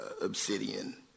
obsidian